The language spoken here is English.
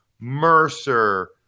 Mercer